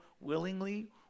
willingly